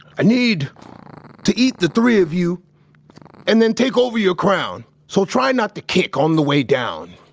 i need to eat the three of you and then take over your crown. so, try not to kick on the way down.